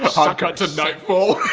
hot cut to nightfall.